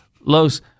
Los